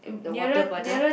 the water puddle